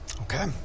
Okay